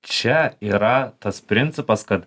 čia yra tas principas kad